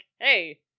hey